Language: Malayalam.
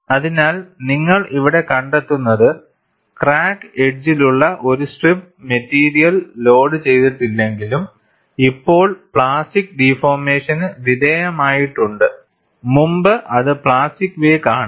അതിനാൽ നിങ്ങൾ ഇവിടെ കണ്ടെത്തുന്നത് ക്രാക്ക് എഡ്ജസിലുള്ള ഒരു സ്ട്രിപ്പ് മെറ്റീരിയൽ ലോഡ് ചെയ്തിട്ടില്ലെങ്കിലും ഇപ്പോൾ പ്ലാസ്റ്റിക് ഡിഫോർമേഷന് വിധേയമായിട്ടുണ്ട് മുമ്പ് അത് പ്ലാസ്റ്റിക് വേക്ക് ആണ്